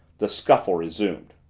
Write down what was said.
the scuffle resumed.